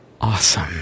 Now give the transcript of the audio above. awesome